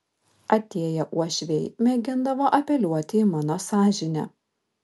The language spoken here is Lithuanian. atėję uošviai mėgindavo apeliuoti į mano sąžinę